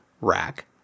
rack